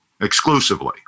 exclusively